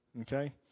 Okay